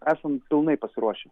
esam pilnai pasiruošę